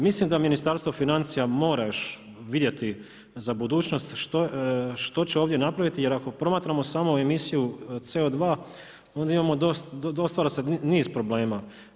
Mislim da Ministarstvo financija mora još vidjeti za budućnost što će ovdje napraviti, jer ako promatramo samo emisiju CO2 onda imamo dosta, stvara se niz problema.